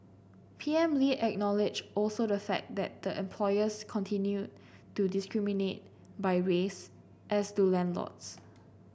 P M Lee acknowledged also the fact that the employers continue to discriminate by race as do landlords